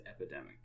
epidemic